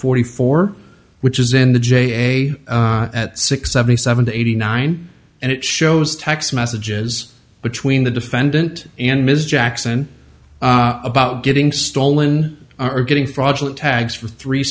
forty four which is in the j a six seventy seven eighty nine and it shows text messages between the defendant and ms jackson about getting stolen or getting fraudulent tags for three